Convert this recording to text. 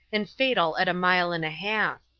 and fatal at a mile and a half.